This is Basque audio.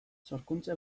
sorkuntza